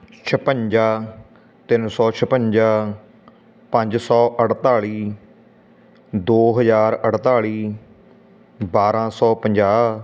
ਛਪੰਜਾ ਤਿੰਨ ਸੌ ਛਪੰਜਾ ਪੰਜ ਸੌ ਅਠਤਾਲੀ ਦੋ ਹਜ਼ਾਰ ਅਠਤਾਲੀ ਬਾਰ੍ਹਾਂ ਸੌ ਪੰਜਾਹ